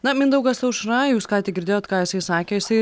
na mindaugas aušra jūs ką tik girdėjot ką jisai sakė jisai